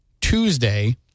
Tuesday